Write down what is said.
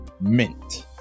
Mint